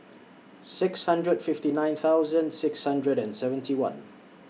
six hundred and fifty nine thousand six hundred and seventy one